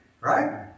Right